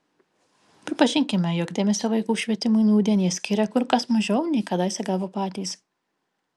pripažinkime jog dėmesio vaikų švietimui nūdien jie skiria kur kas mažiau nei kadaise gavo patys